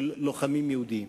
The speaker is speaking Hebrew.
לוחמים יהודים.